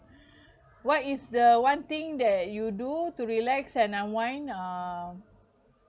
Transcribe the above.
what is the one thing that you do to relax and unwind uh